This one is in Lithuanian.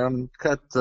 tam kad